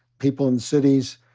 people in cities,